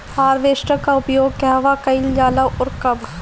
Harvester का उपयोग कहवा कइल जाला और कब?